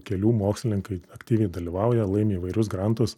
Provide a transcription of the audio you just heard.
kelių mokslininkai aktyviai dalyvauja laimi įvairius garantus